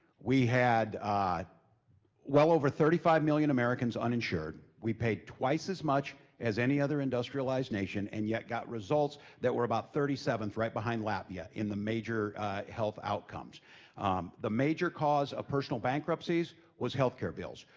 we had ah well over thirty five million americans uninsured. we paid twice as much as any other industrialized nation, and yet got results that were about thirty seventh, right behind latvia, in the major ah health outcomes. ah the major cause of personal bankruptcies was healthcare bills.